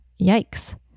Yikes